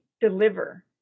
deliver